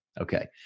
Okay